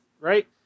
Right